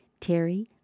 Terry